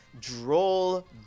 droll